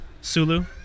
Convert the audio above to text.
Sulu